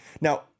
Now